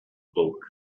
bulk